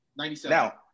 97